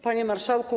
Panie Marszałku!